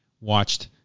watched